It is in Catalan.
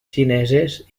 xineses